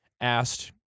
asked